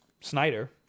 Snyder